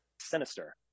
sinister